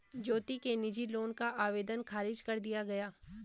ज्योति के निजी लोन का आवेदन ख़ारिज कर दिया गया